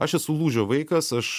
aš esu lūžio vaikas aš